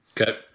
Okay